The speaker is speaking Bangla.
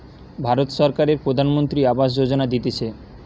ভারত সরকারের প্রধানমন্ত্রী আবাস যোজনা দিতেছে